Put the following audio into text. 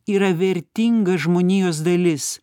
yra vertinga žmonijos dalis